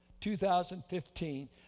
2015